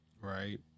Right